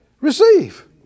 receive